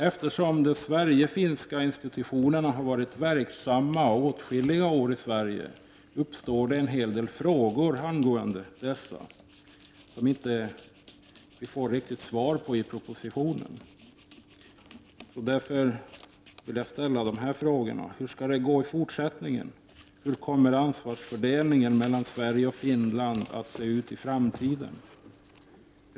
Eftersom de Sverigefinska institutionerna har varit verksamma åtskilliga år i Sverige, uppstår en hel del frågor angående dessa, frågor som vi inte riktigt får något svar på i propositionen. Jag vill därför ställa dessa frågor till kulturministern. Hur skall det gå i fortsättningen? Hur kommer ansvarsfördelningen mellan Sverige och Finland att se ut i framtiden?